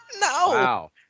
No